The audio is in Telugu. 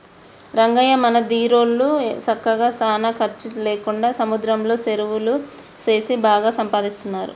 రంగయ్య మన దీరోళ్ళు సక్కగా సానా ఖర్చు లేకుండా సముద్రంలో సెరువులు సేసి బాగా సంపాదిస్తున్నారు